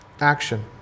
action